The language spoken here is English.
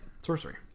Sorcery